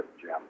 Jim